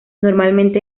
normalmente